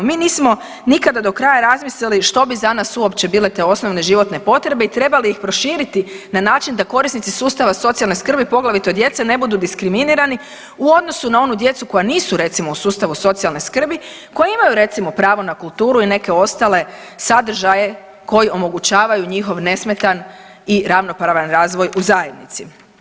Mi nismo nikada do kraja razmislili što bi za nas uopće bile te osnovne životne potrebe i treba li ih proširiti na način da korisnici sustava socijalne skrbi poglavito djece ne budu diskriminirani u odnosu na onu djecu koja nisu recimo u sustavu socijalne skrbi koji imaju recimo pravo na kulturu i neke ostale sadržaje koji omogućavaju njihov nesmetan i ravnopravan razvoj u zajednici.